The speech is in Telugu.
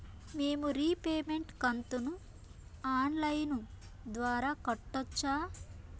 మేము రీపేమెంట్ కంతును ఆన్ లైను ద్వారా కట్టొచ్చా